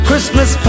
Christmas